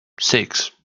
six